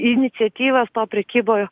iniciatyvas to prekyboje